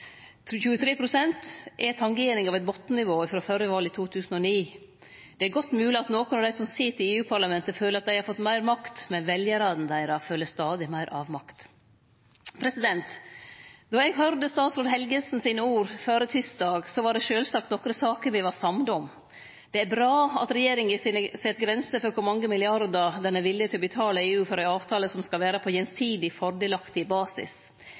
43 pst. er tangering av botnnivået frå førre val, i 2009. Det er godt mogleg at nokre av dei som sit i EU-parlamentet, føler at dei har fått meir makt, men veljarane deira føler stadig meir avmakt. Då eg høyrde statsråd Helgesen sine ord førre tysdag, var det sjølvsagt nokre saker me var samde om. Det er bra at regjeringa set grenser for kor mange milliardar ho er villig til å betale EU for ein avtale som skal vere på «gjensidig fordelaktig basis».